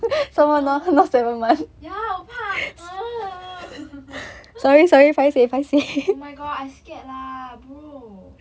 ugh ya 我怕 oh my god I scared lah bro